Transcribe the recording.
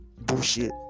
Bullshit